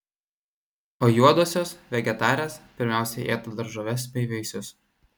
o juodosios vegetarės pirmiausia ėda daržoves bei vaisius